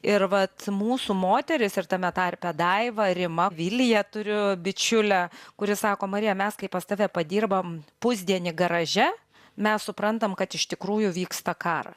ir vat mūsų moterys ir tame tarpe daiva rima vilija turiu bičiulę kuri sako marija mes kai pas tave padirbam pusdienį garaže mes suprantam kad iš tikrųjų vyksta karas